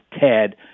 Ted